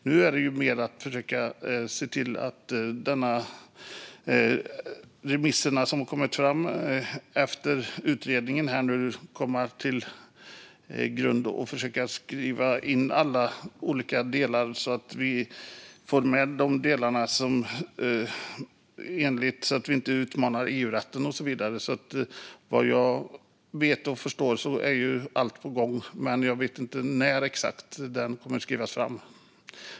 Nu ska man behandla remissvaren med anledning av utredningen så att man får med alla delar och inte utmanar EU-rätten och så vidare. Såvitt jag förstår är allt på gång. Men jag vet inte när exakt propositionen kommer.